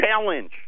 challenge